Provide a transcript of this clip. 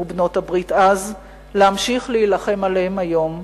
בעלות-הברית אז ולהמשיך להילחם עליהם היום.